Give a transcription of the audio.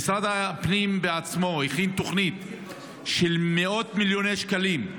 משרד הפנים בעצמו הכין תוכנית של מאות מיליוני שקלים,